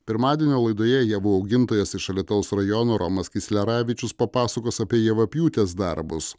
pirmadienio laidoje javų augintojas iš alytaus rajono romas kisleravičius papasakos apie javapjūtės darbus